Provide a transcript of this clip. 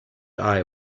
eye